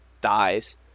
dies